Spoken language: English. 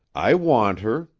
i want her.